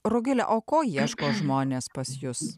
rugile o ko ieško žmonės pas jus